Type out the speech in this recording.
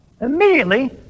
immediately